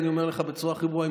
אני אומר לך בצורה הכי ברורה,